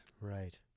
Right